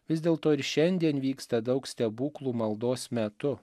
vis dėlto ir šiandien vyksta daug stebuklų maldos metu